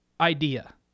idea